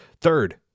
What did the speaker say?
third